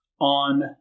on